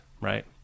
right